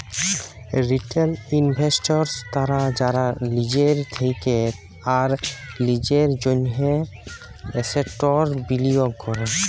retail investors তারা যারা লিজের থেক্যে আর লিজের জন্হে এসেটস বিলিয়গ ক্যরে